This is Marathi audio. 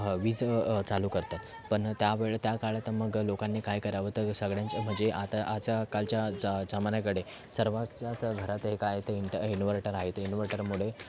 वीज चालू करतात पण त्या वेळेत त्या काळात मग लोकांनी काय करावं तर सगळ्यांचे म्हणजे आता आजकालच्या ज जमान्याकडे सर्वांच्याच घरात एक आहे ते इनट इनवर्टर आहे ते ते इनवर्टरमुळे